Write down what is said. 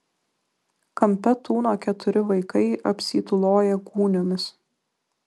kampe tūno keturi vaikai apsitūloję gūniomis